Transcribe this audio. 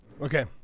Okay